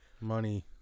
money